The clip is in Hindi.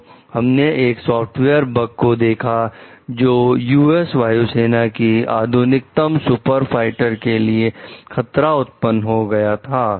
तो हमने एक सॉफ्टवेयर बग को देखा जो यूएस वायु सेना के आधुनिकतम सुपर फाइटर के लिए खतरा उत्पन्न हो गया था